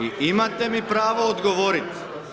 I imate mi pravo odgovoriti.